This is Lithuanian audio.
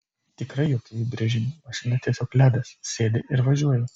tikrai jokių įbrėžimų mašina tiesiog ledas sėdi ir važiuoji